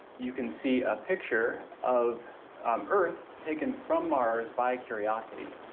you can see a picture of um earth taken from mars by curiosity.